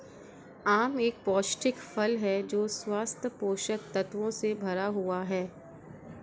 आम एक पौष्टिक फल है जो स्वस्थ पोषक तत्वों से भरा हुआ है